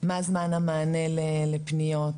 מה זמן המענה לפניות,